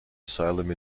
asylum